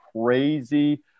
crazy